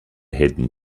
hidden